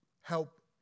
help